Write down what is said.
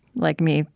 like me,